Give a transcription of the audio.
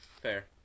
Fair